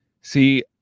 See